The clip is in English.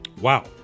Wow